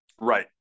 Right